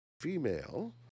female